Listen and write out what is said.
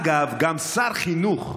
אגב, גם שר חינוך,